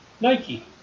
Nike